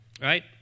right